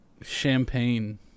champagne